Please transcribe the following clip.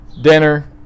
Dinner